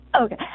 Okay